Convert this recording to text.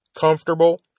comfortable